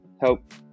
help